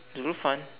Zulfan